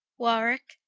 warwicke,